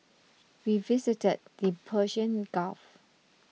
we visited the Persian Gulf